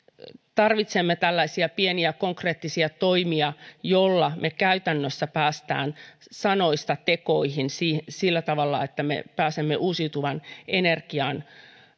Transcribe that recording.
tarvitsemme tällaisia pieniä konkreettisia toimia joilla me käytännössä pääsemme sanoista tekoihin sillä tavalla että me pääsemme uusiutuvaan energiaan